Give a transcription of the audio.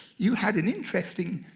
you had an interesting